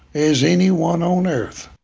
as anyone on earth.